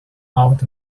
out